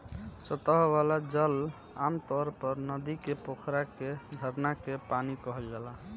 सतह वाला जल आमतौर पर नदी के, पोखरा के, झरना के पानी कहल जाला